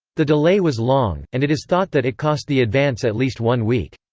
the delay was long, and it is thought that it cost the advance at least one week.